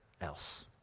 else